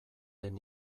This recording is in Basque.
den